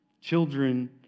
Children